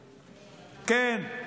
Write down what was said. כן,